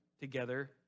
together